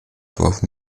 drove